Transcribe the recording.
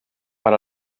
per